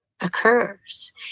occurs